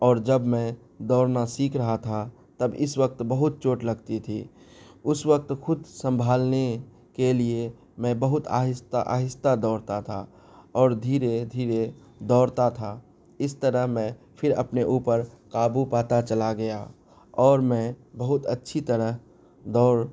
اور جب میں دوڑنا سیکھ رہا تھا تب اس وقت بہت چوٹ لگتی تھی اس وقت خود سنبھالنے کے لیے میں بہت آہستہ آہستہ دوڑتا تھا اور دھیرے دھیرے دوڑتا تھا اس طرح میں پھر اپنے اوپر قابو پاتا چلا گیا اور میں بہت اچھی طرح دوڑ